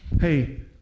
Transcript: Hey